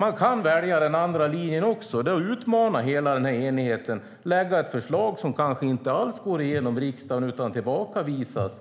Man kan även välja den andra linjen och utmana hela enigheten, lägga fram ett förslag som kanske inte alls går igenom i riksdagen utan tillbakavisas.